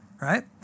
Right